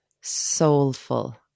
soulful